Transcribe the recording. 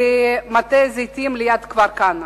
במטע זיתים ליד כפר-כנא.